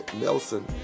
Nelson